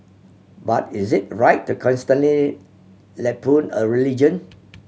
but is it right to constantly lampoon a religion